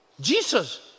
Jesus